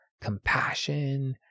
compassion